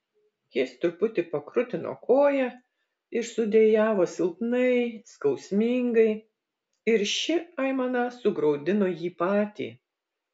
jis truputį pakrutino koją ir sudejavo silpnai skausmingai ir ši aimana sugraudino jį patį